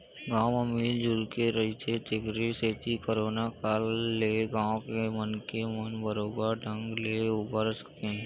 गाँव म मिल जुलके रहिथे तेखरे सेती करोना काल ले गाँव के मनखे मन बरोबर ढंग ले उबर सके हे